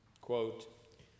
Quote